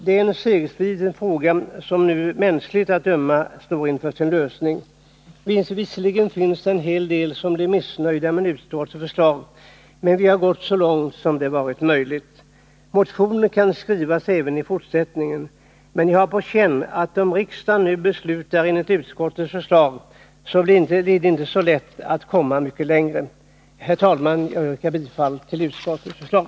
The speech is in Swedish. Det är en segsliten fråga som nu mänskligt att döma står inför sin lösning. Visserligen finns det en del som blir missnöjda med utskottets förslag. Men vi har gått så långt som det har varit möjligt. Motioner kan skrivas även i fortsättningen, men jag har på känn, att om riksdagen nu beslutar enligt utskottets förslag, blir det inte så lätt att komma mycket längre. Herr talman! Jag yrkar bifall till utskottets förslag.